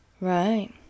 right